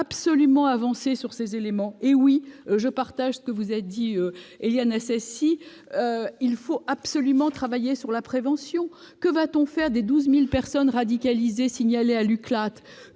absolument avancer sur ces éléments. Oui, je partage les propos d'Éliane Assassi : il faut absolument travailler sur le volet de la prévention. Que va-t-on faire des 12 000 personnes radicalisées signalées à l'UCLAT,